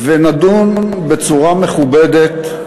ונדון בצורה מכובדת,